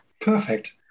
Perfect